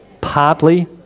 Partly